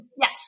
yes